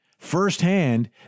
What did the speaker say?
Firsthand